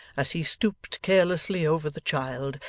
as he stooped carelessly over the child,